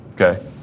Okay